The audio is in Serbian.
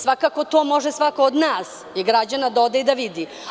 Svakako, to može svako od nas i građana da ode i vidi.